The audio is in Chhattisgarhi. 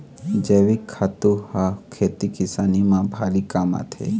जइविक खातू ह खेती किसानी म भारी काम आथे